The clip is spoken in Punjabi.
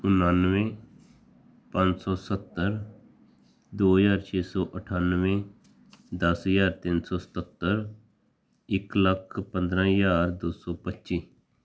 ਉਣਾਨਵੇਂ ਪੰਜ ਸੌ ਸੱਤਰ ਦੋ ਹਜ਼ਾਰ ਛੇ ਸੌ ਅਠਾਨਵੇਂ ਦਸ ਹਜ਼ਾਰ ਤਿੰਨ ਸੌ ਸਤੱਤਰ ਇੱਕ ਲੱਖ ਪੰਦਰਾਂ ਹਜ਼ਾਰ ਦੋ ਸੌ ਪੱਚੀ